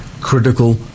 critical